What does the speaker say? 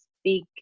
speak